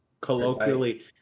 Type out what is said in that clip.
colloquially